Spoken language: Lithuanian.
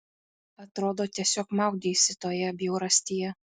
atrodo tiesiog maudeisi toje bjaurastyje